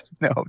No